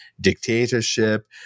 dictatorship